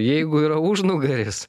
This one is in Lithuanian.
jeigu yra užnugaris